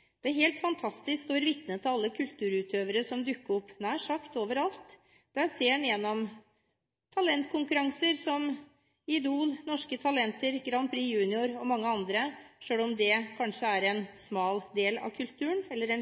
det ganske land. Det er helt fantastisk å være vitne til alle kulturutøvere som dukker opp nær sagt over alt. Det ser vi gjennom talentkonkurranser som «Idol», «Norske Talenter», «Melodi Grand Prix Junior» og mange andre – selv om det kanskje er en